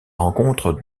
rencontre